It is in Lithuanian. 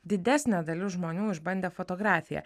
didesnė dalis žmonių išbandė fotografiją